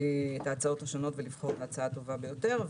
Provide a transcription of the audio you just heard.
ההצעות השונות ולבחור בהצעה הטובה ביותר,